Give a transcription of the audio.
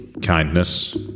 kindness